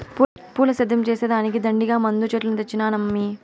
పూల సేద్యం చేసే దానికి దండిగా మందు చెట్లను తెచ్చినానమ్మీ